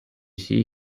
see